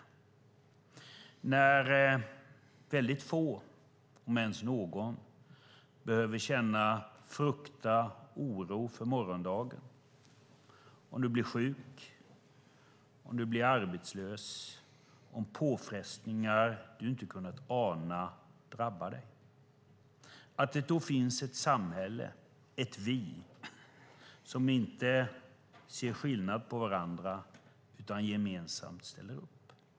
Det är när väldigt få om ens någon behöver känna oro eller frukta för morgondagen om du blir sjuk, om du blir arbetslös eller om påfrestningar du inte kunnat ana drabbar dig, när det finns ett samhälle där vi inte ser skillnad på varandra utan gemensamt ställer upp.